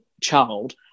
child